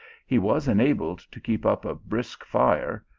he was enabled to keep up a brisk fire,